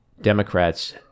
Democrats